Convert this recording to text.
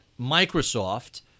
Microsoft